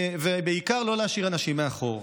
ובעיקר, לא להשאיר אנשים מאחור.